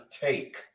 take